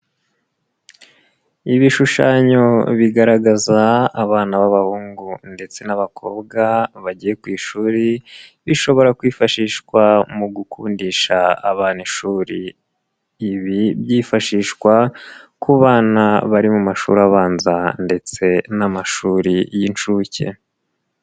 Ibishushanyo bigaragaza abana b'abahungu ndetse n'abakobwa bagiye ku ishuri bishobora kwifashishwa mu gukundisha abana ishuri, ibi byifashishwa ku bana bari mu mashuri abanza ndetse n'amashuri y'inshuke.